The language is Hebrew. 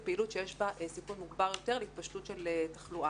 פעילות שיש בה סיכון מוגבר יותר להתפשטות של תחלואה.